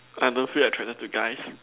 I don't feel like trying not to guys